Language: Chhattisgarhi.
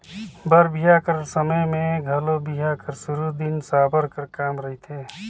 बर बिहा कर समे मे घलो बिहा कर सुरू दिन साबर कर काम रहथे